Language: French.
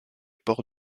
port